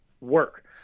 work